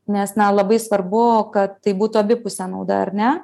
nes na labai svarbu kad tai būtų abipusė nauda ar ne